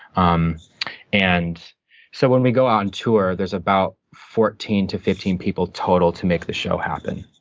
um and so when we go on tour, there's about fourteen to fifteen people total to make the show happen.